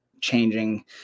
changing